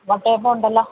വട്ടയപ്പം ഉണ്ടല്ലോ